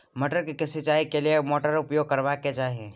मटर के सिंचाई के लिये केना मोटर उपयोग करबा के चाही?